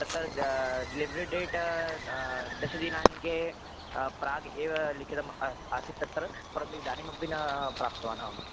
तत्र the delivery date दशदिनाङ्कात् प्राग् एव लिखितम् अस्ति आसीत् तत्र परन्तु इदानीमपि ना प्राप्तवान् अहं